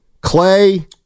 Clay